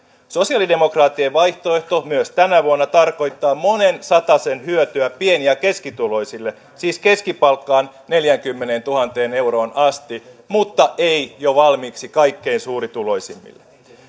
sosialidemokraattien vaihtoehto myös tänä vuonna tarkoittaa monen satasen hyötyä pieni ja keskituloisille siis keskipalkkaan neljäänkymmeneentuhanteen euroon asti mutta ei jo valmiiksi kaikkein suurituloisimmille